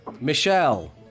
Michelle